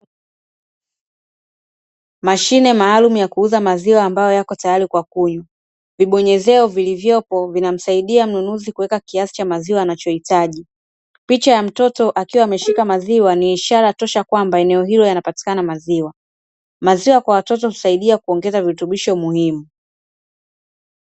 Mashine maalumu ya kuuza maziwa ambayo yako tayari kwa kunywa. Vibonyezeo vilivyopo vinamsaidia mnunuzi kuweka kiasi cha maziwa anachohitaji. Picha ya mtoto akiwa ameshika maziwa ni ishara tosha kwamba eneo hilo yanapatikana maziwa. Maziwa kwa watoto husaidia kuongeza virutubisho muhimu.